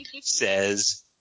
says